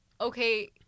okay